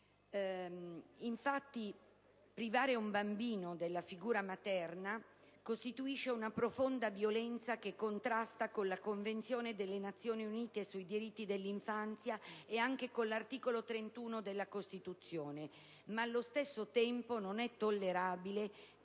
insieme. Privare un bambino della figura materna costituisce una profonda violenza che contrasta con la convenzione delle Nazioni Unite sui diritti dell'infanzia e anche con l'articolo 31 della Costituzione, ma allo stesso tempo non è tollerabile